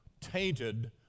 tainted